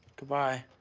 goodbye.